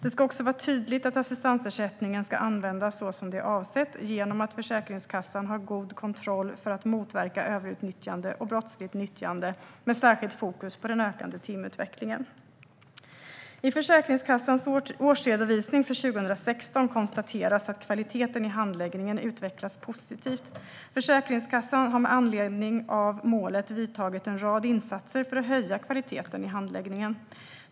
Det ska också vara tydligt att assistansersättningen ska användas så som det är avsett genom att Försäkringskassan har en god kontroll för att motverka överutnyttjande och brottsligt nyttjande med ett särskilt fokus på den ökande timutvecklingen. I Försäkringskassans årsredovisning för 2016 konstateras att kvaliteten i handläggningen utvecklats positivt. Försäkringskassan har med anledning av målet gjort en rad insatser för att höja kvaliteten i handläggningen.